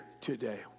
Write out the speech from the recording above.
today